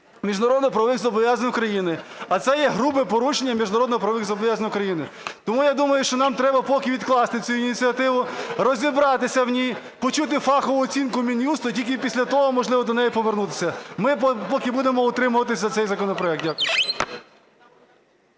міжнародно-правових зобов'язань України. А це є грубе порушення міжнародно-правових зобов'язань України. Тому я думаю, що нам треба поки відкласти цю ініціативу, розібратися в ній, почути фахову оцінку Мін'юсту, тільки після того, можливо, до неї повернутися. Ми поки будемо утримуватися за цей законопроект. Дякую.